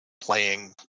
playing